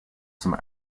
some